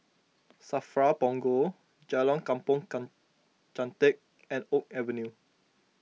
Safra Punggol Jalan Kampong kam Chantek and Oak Avenue